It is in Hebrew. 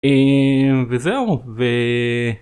אממ... וזהו ו...